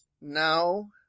no